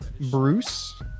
Bruce